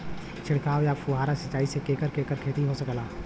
छिड़काव या फुहारा सिंचाई से केकर केकर खेती हो सकेला?